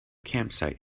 campsite